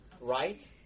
right